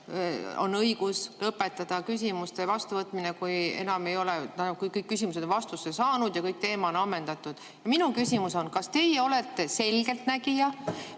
on õigus lõpetada küsimuste vastuvõtmine, kui kõik küsimused on vastuse saanud ja kõik teemad on ammendatud. Minu küsimus on: kas te olete selgeltnägija